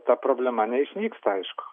ta problema neišnyksta aišku